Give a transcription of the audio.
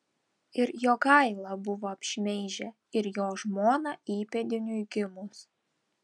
ir jogailą buvo apšmeižę ir jo žmoną įpėdiniui gimus